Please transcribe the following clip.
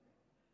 אותה?